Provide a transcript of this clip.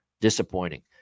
disappointing